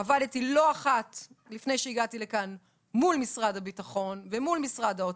עבדתי לא אחת לפני שהגעתי לכאן מול משרד הביטחון ומול משרד האוצר,